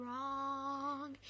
wrong